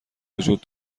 وجود